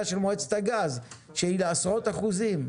של מועצת הגז שהיא החלטה של עשרות אחוזים,